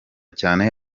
cyane